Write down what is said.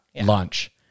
lunch